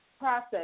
process